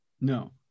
No